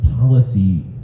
policy